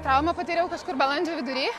traumą patyriau kažkur balandžio vidury